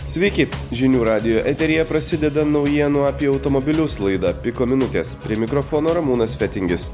sveiki žinių radijo eteryje prasideda naujienų apie automobilius laida piko minutės prie mikrofono ramūnas fetingis